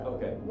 Okay